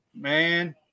Man